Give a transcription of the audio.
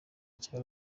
cya